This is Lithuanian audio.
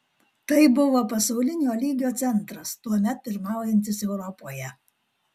tai buvo pasaulinio lygio centras tuomet pirmaujantis europoje